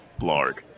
Blarg